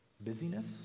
Busyness